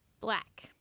Black